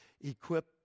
equip